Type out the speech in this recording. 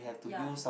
ya